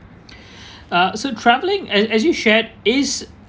uh so travelling a~ as you shared is